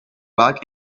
bug